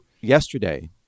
yesterday